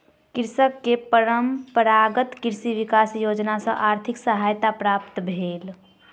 कृषक के परंपरागत कृषि विकास योजना सॅ आर्थिक सहायता प्राप्त भेल